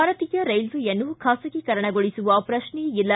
ಭಾರತೀಯ ರೈಲ್ವೆಯನ್ನು ಖಾಸಗೀಕರಣಗೊಳಿಸುವ ಪ್ರಶ್ನೆಯೇ ಇಲ್ಲ